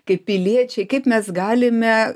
kaip piliečiai kaip mes galime